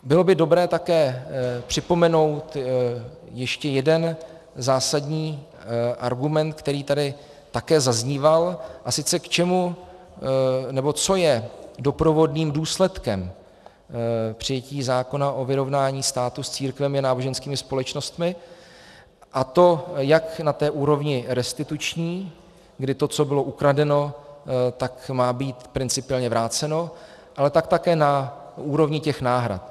Bylo by dobré také připomenout ještě jeden zásadní argument, který tady také zazníval, a sice k čemu, nebo co je doprovodným důsledkem přijetí zákona o vyrovnání státu s církvemi a náboženskými společnostmi, a to jak na té úrovni restituční, kdy to, co bylo ukradeno, tak má být principiálně vráceno, ale tak také na úrovni těch náhrad.